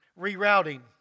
rerouting